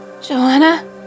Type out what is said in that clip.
Joanna